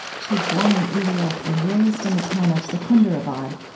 she was born in india and raised in the town of secunderabad.